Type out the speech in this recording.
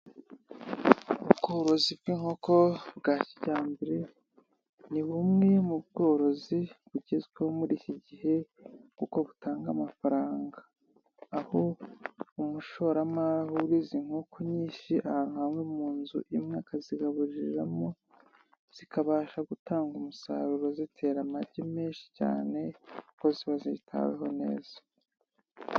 Ubworozi bw'inkoko bwa kijyambere ni bumwe mu bworozi bugezweho muri iki gihe kuko butanga amafaranga, aho umushoramari ahuriza inkoko nyinshi ahantu hamwe mu nzu imwe, akazigabuririramo zikabasha gutanga umusaruro zitera amagi menshi cyane kuko ziba zitaweho neza.